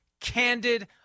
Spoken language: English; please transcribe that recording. candid